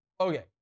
Okay